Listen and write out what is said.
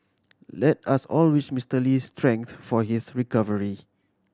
let us all wish Mister Lee strength for his recovery